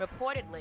reportedly